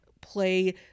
play